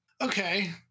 Okay